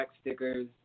stickers